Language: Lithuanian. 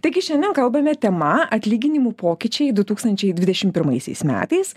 taigi šiandien kalbame tema atlyginimų pokyčiai du tūkstančiai dvidešimt pirmaisiais metais